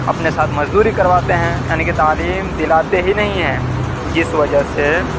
اپنے ساتھ مزدوری کرواتے ہیں یعنی کہ تعلیم دلاتے ہی نہیں ہیں جس وجہ سے